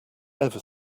ever